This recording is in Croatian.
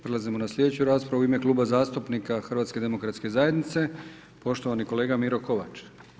Prelazimo na sljedeću raspravu u ime Kluba zastupnika HDZ-a poštovani kolega Miro Kovač.